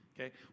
Okay